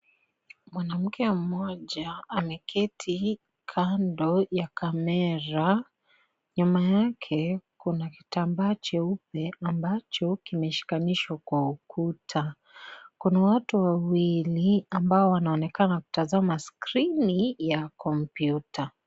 Mwanamke mmoja ameketi kando ya camera , nyuma yake kuna kitambaa cheupe ambacho kimeshikanishwa kwa ukuta, kuna watu wawili ambao wanaonekana kutazama screen ya kompyuta.